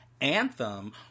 anthem